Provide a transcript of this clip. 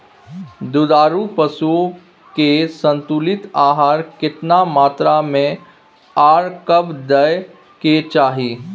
दुधारू पशुओं के संतुलित आहार केतना मात्रा में आर कब दैय के चाही?